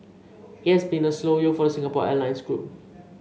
it has been a slow year for the Singapore Airlines group